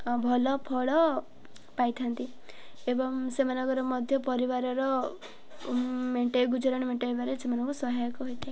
ଭଲ ଫଳ ପାଇଥାନ୍ତି ଏବଂ ସେମାନଙ୍କର ମଧ୍ୟ ପରିବାରର ମେଣ୍ଟେଇ ଗୁଜୁରାଣ ମେଣ୍ଟେଇବାରେ ସେମାନଙ୍କୁ ସହାୟକ ହୋଇଥାଏ